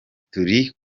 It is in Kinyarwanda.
turi